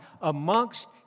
amongst